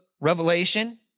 Revelation